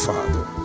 Father